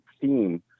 theme